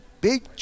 big